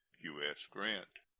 u s. grant.